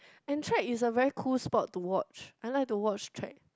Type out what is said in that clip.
and trek is a very cool sport to watch I like to watch trek